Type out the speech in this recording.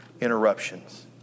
interruptions